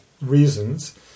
reasons